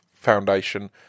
Foundation